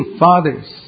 fathers